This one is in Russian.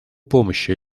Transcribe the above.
помощи